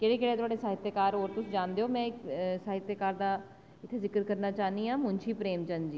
केह् केह् ऐ थुआढ़े साहित्यकार तुस जानदे साहित्यकार दा जिकर करना चाह्न्नी आं मुंशी प्रेमचंद